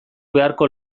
beharko